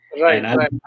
Right